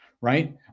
right